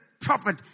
prophet